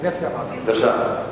בבקשה.